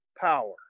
power